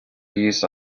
used